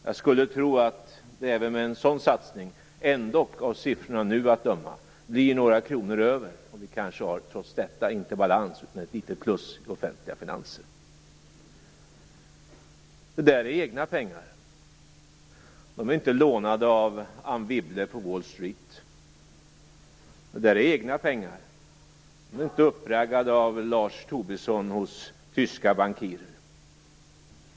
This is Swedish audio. Jag skulle tro att det även med en sådan satsning ändock, av siffrorna att döma, blir några kronor över, och kanske har vi trots detta inte balans utan ett litet plus i de offentliga finanserna. Det är egna pengar. De är inte lånade av Anne Wibble på Wall Street. Det är egna pengar. De är inte uppraggade av Lars Tobisson hos tyska bankirer.